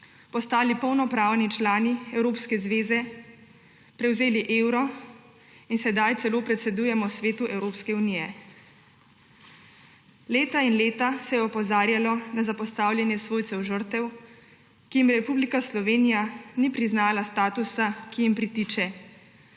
postali polnopravni člani Evropske zveze, prevzeli evro in sedaj celo predsedujemo Svetu Evropske unije. Leta in leta se je opozarjalo na zapostavljanje svojcev žrtev, ki jim Republika Slovenija ni priznala statusa, ki jim pritiče,